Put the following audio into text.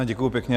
Děkuji pěkně.